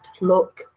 look